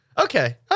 Okay